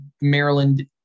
Maryland